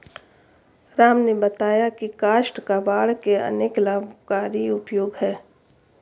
राम ने बताया की काष्ठ कबाड़ के अनेक लाभकारी उपयोग हैं